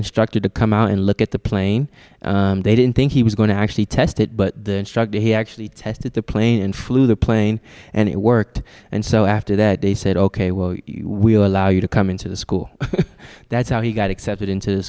instructor to come out and look at the plane they didn't think he was going to actually test it but the instructor he actually tested the plane and flew the plane and it worked and so after that they said ok we're we're allow you to come into the school that's how he got accepted into the